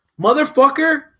Motherfucker